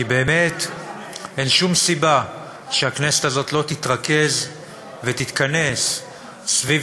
כי באמת אין שום סיבה שהכנסת הזאת לא תתרכז ותתכנס סביב